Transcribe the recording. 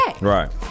Right